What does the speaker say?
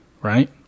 Right